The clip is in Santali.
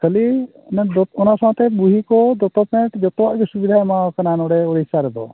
ᱠᱷᱟᱹᱞᱤ ᱚᱱᱟ ᱵᱚᱭ ᱚᱱᱟ ᱥᱟᱶᱛᱮ ᱵᱩᱲᱦᱤ ᱠᱚ ᱫᱚᱛᱚᱠ ᱯᱮᱱᱴ ᱡᱚᱛᱚᱣᱟᱜ ᱜᱮ ᱥᱩᱵᱤᱫᱟᱭ ᱮᱢᱟᱣ ᱟᱠᱚ ᱠᱟᱱᱟ ᱱᱚᱰᱮ ᱳᱰᱤᱥᱟ ᱨᱮᱫᱚ